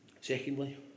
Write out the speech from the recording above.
Secondly